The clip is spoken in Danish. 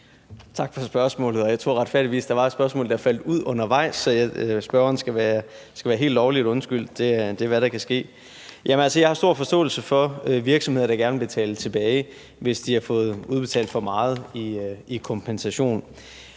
Tak for spørgsmålet. Jeg tror retfærdigvis, at der var et spørgsmål, der faldt ud undervejs, så spørgeren skal være helt lovligt undskyldt. Det er, hvad der kan ske. Jeg har stor forståelse for virksomheder, der gerne vil betale tilbage, hvis de har fået udbetalt for meget i kompensation.